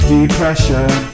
Depression